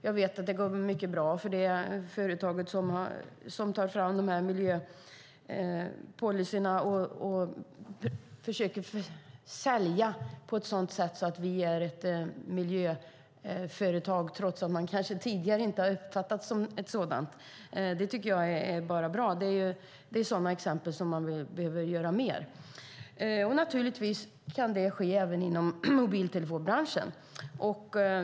Jag vet att det går mycket bra för de företag som tar fram miljöpolicyer och försöker sälja på att de är ett miljöföretag trots att de kanske inte tidigare har uppfattats som ett sådant. Det tycker jag bara är bra; det är exempel på sådant man behöver göra mer. Naturligtvis kan detta ske även inom mobiltelefonbranschen.